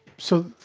so,